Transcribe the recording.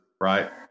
right